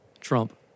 Trump